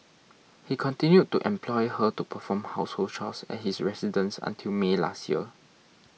he continued to employ her to perform household chores at his residence until May last year